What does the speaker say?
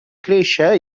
créixer